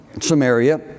Samaria